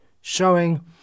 showing